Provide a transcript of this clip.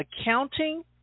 Accounting